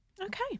Okay